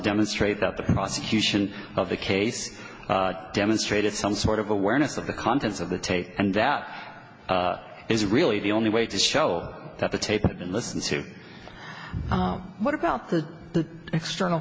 demonstrate that the prosecution of the case demonstrated some sort of awareness of the contents of the tape and that is really the only way to show that the tape listen to what about the external